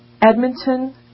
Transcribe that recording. Edmonton